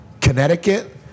Connecticut